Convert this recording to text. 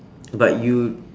but you